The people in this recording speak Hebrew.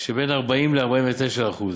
שבין 40% ל-49%.